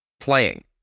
playing